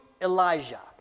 Elijah